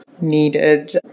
needed